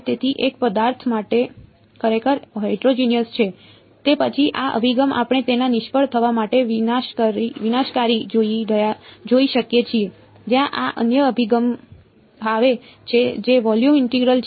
તેથી એક પદાર્થ માટે ખરેખર હેટરોજિનિયસ છે તો પછી આ અભિગમ આપણે તેના નિષ્ફળ થવા માટે વિનાશકારી જોઈ શકીએ છીએ જ્યાં આ અન્ય અભિગમ આવે છે જે વોલ્યુમ ઇન્ટિગ્રલ છે